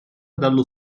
dallo